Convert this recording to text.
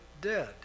dead